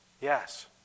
Yes